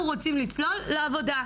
אנחנו רוצים לצלול לעבודה,